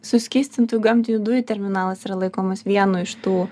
suskystintų gamtinių dujų terminalas yra laikomas vienu iš tų